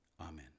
amen